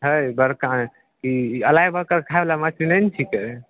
हइ बड़का ई ई अलाइबकर खाएवला मछली नहि ने छिकै